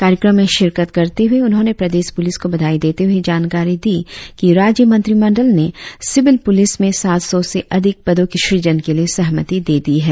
कार्यक्रम में शिरकत करते हुए उन्होंने प्रदेश पुलिस को बधाई देते हुए जानकारी दी की राज्य मंत्रिमंडल ने सिविल पुलिस में सात सौ से अधिक पदों की सृजन के लिए सहमती दे दी है